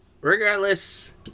regardless